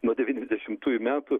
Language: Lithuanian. nuo dvidešimtųjų metų